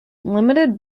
limited